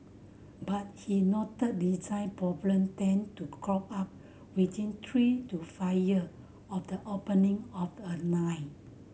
but he noted design problem tend to crop up within three to five year of the opening of a line